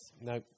no